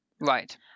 Right